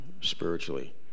spiritually